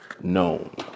known